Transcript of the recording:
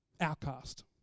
Outcast